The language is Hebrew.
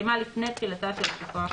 הסתיימה לפני תחילת התקופה הקובעת.